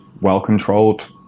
well-controlled